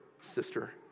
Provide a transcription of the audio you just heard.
sister